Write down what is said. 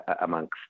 amongst